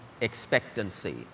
expectancy